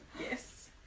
Yes